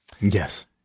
yes